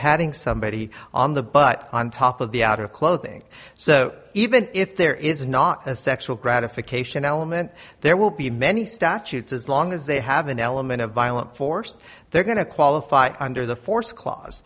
patting somebody on the butt on top of the outer clothing so even if there is not a sexual gratification element there will be many statutes as long as they have an element of violent force they're going to qualify under the force clause